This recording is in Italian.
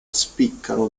spiccano